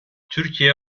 türkiye